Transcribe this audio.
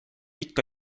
ikka